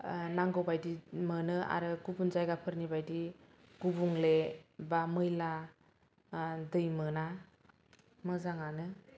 नांगौ बायदि मोनो आरो गुबुन जायगाफोरनि बायदि गुबुंले बा मैला दै मोना मोजाङानो